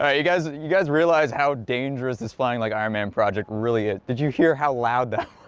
ah you guys you guys realize how dangerous is flying like iron man project really it. did you hear how loud that?